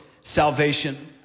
salvation